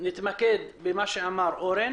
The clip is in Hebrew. נתמקד בדבריו שחל אורן